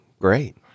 great